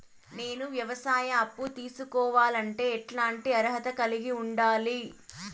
నేను వ్యవసాయ అప్పు తీసుకోవాలంటే ఎట్లాంటి అర్హత కలిగి ఉండాలి?